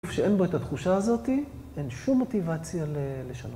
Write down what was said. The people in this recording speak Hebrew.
‫אף שאין בו את התחושה הזאת, ‫אין שום מוטיבציה לשנות.